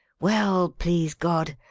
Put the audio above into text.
well, please god,